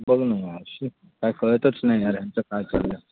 बघ ना शी काय कळतंच नाही यार याचं काय चाललं आहे